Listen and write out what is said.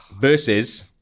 versus